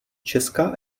česka